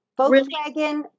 Volkswagen